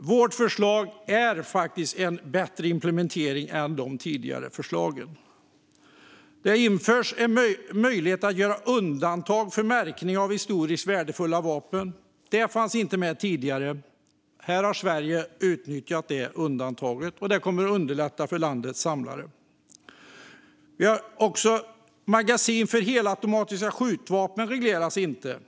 Vårt förslag innebär en bättre implementering än de tidigare förslagen. Det införs en möjlighet att göra undantag för märkning av historiskt värdefulla vapen. Det fanns inte med tidigare. Det är ett undantag som Sverige har utnyttjat, vilket kommer att underlätta för landets samlare. Magasin för helautomatiska skjutvapen regleras inte.